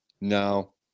no